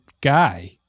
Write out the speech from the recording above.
guy